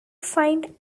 find